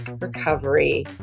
recovery